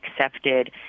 accepted